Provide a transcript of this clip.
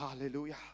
Hallelujah